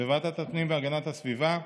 בוועדת הפנים והגנת הסביבה,